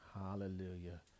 Hallelujah